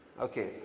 Okay